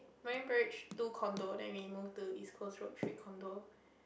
Marine-Parade two condo then we move to East Coast Road three condo